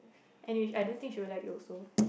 anyways I don't think she would like you also